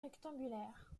rectangulaire